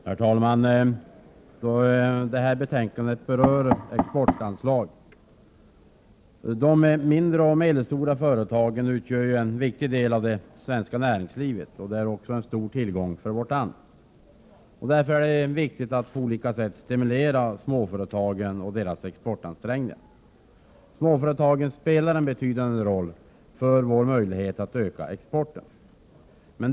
Herr talman! Det här betänkandet rör exportanslag. De mindre och medelstora företagen utgör en viktig del av det svenska näringslivet. De är en stor tillgång för vårt land. Därför är det viktigt att på olika sätt stimulera småföretagen och deras exportansträngningar Småföretagen spelar en betydande roll för vår möjlighet att öka exporten.